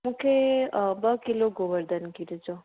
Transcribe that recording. मूंखे ॿ किलो गोवर्धन गिहु ॾिजो